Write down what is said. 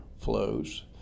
flows